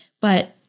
but-